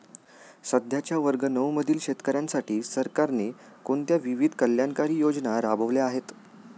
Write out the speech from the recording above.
सध्याच्या वर्ग नऊ मधील शेतकऱ्यांसाठी सरकारने कोणत्या विविध कल्याणकारी योजना राबवल्या आहेत?